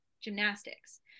gymnastics